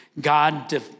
God